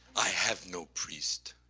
i have no priest,